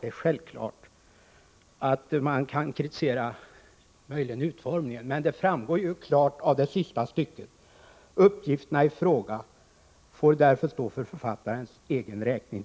Man kan möjligen kritisera utformningen, men det framgår ju klart av det sista stycket i uttalandet att ”uppgifterna i fråga får därför stå för författarens egen räkning.